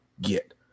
get